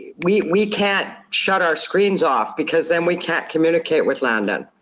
we we can't shut our screens off because then we can't communicate with landon.